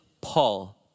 Paul